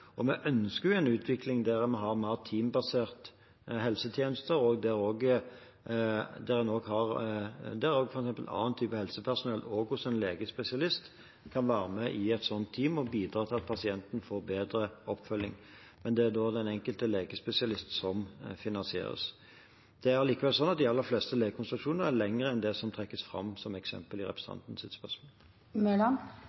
Vi ønsker en utvikling der man har mer teambaserte helsetjenester, der også en annen type helsepersonell – også hos en legespesialist – kan være med i et slikt team og bidra til at pasienten får bedre oppfølging. Men det er den enkelte legespesialist som finansieres. Det er likevel slik at de fleste legekonsultasjoner er lengre enn det som trekkes fram som eksempel i